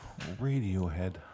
Radiohead